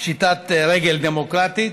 פשיטת רגל דמוקרטית.